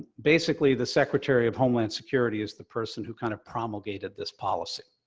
basically the secretary of homeland security is the person who kind of promulgated this policy.